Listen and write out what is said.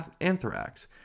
anthrax